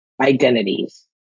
Identities